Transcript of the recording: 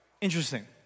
Interesting